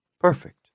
perfect